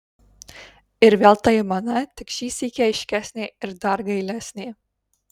ir vėl ta aimana tik šį sykį aiškesnė ir dar gailesnė